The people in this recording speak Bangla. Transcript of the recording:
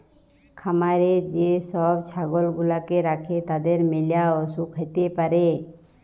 খামারে যে সব ছাগল গুলাকে রাখে তাদের ম্যালা অসুখ হ্যতে পারে